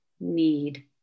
need